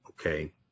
Okay